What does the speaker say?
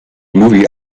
movie